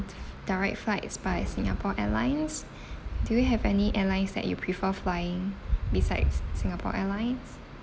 direct flights by singapore airlines do we have any airlines that you prefer flying besides singapore airlines